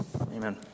amen